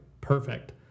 perfect